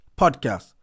podcast